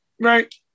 right